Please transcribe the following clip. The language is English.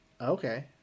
okay